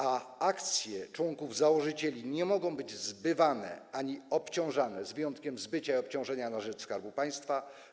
Akcje członków założycieli nie mogą być zbywane ani obciążane, z wyjątkiem zbycia czy obciążenia na rzecz Skarbu Państwa.